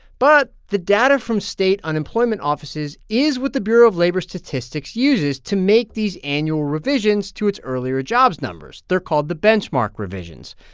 but the data from state unemployment offices is what the bureau of labor statistics uses to make these annual revisions to its earlier jobs numbers. they're called the benchmark revisions,